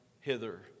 hither